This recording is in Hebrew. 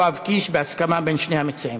חבר הכנסת יואב קיש, בהסכמה בין שני המציעים.